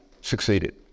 succeeded